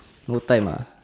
no time ah